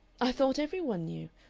i thought every one knew.